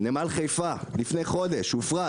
נמל חיפה לפני חודש הופרט.